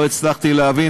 לא הצלחתי להבין